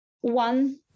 one